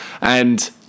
And-